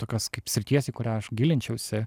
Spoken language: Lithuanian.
tokios kaip srities į kurią aš gilinčiausi